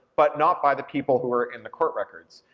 but not by the people who were in the court records.